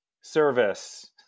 service